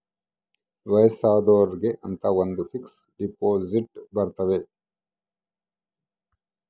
ವಯಸ್ಸಾದೊರ್ಗೆ ಅಂತ ಒಂದ ಫಿಕ್ಸ್ ದೆಪೊಸಿಟ್ ಬರತವ